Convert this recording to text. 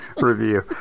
review